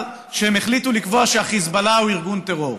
שהן החליטו לקבוע שהחיזבאללה הוא ארגון טרור,